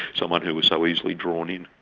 someone who was so easily drawn in.